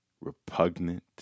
repugnant